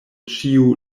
ĉiu